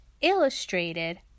Illustrated